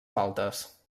faltes